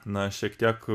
na šiek tiek